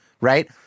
right